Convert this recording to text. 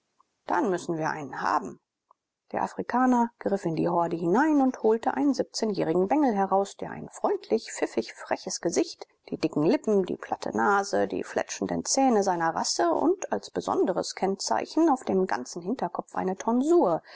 dann müssen wir einen haben der afrikaner griff in die horde hinein und holte einen siebzehnjährigen bengel heraus der ein freundlich pfiffig freches gesicht die dicken lippen die platte nase die fletschenden zähne seiner rasse und als besonderes kennzeichen auf dem ganzen hinterkopf eine tonsur